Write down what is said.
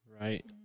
Right